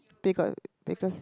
because